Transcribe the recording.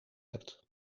hebt